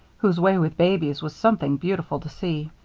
whose way with babies was something beautiful to see.